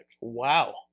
Wow